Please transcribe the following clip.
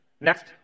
Next